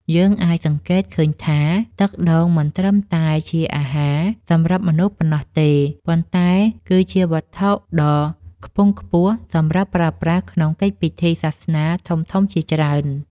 យើងអាចសង្កេតឃើញថាទឹកដូងមិនត្រឹមតែជាអាហារសម្រាប់មនុស្សប៉ុណ្ណោះទេ ប៉ុន្តែគឺជាវត្ថុទឹកខ្ពង់ខ្ពស់សម្រាប់ប្រើប្រាស់ក្នុងកិច្ចពិធីសាសនាធំៗជាច្រើន។